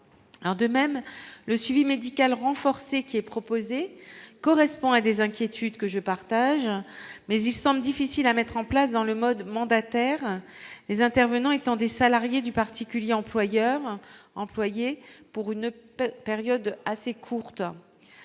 de même le suivi médical renforcé qui est proposé correspond à des inquiétudes que je partage, mais il semble difficile à mettre en place dans le mode de mandataires les intervenants étant des salariés du particulier employeur employé pour une période assez courte